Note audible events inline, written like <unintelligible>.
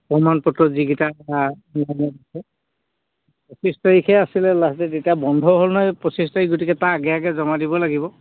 প্ৰমাণ পত্ৰ যিকেইটা <unintelligible> পঁচিছ তাৰিখে আছিলে লাষ্ট ডেট এতিয়া বন্ধ হ'ল নহয় পঁচিছ তাৰিখ গতিকে তাৰ আগে আগে জমা দিব লাগিব